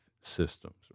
systems